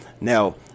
Now